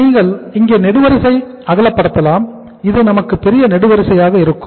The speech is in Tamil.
நீங்கள் இங்கே நெடுவரிசை அகலப்படுத்தலாம் இது நமக்கு பெரிய நெடுவரிசையாக இருக்கும்